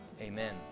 Amen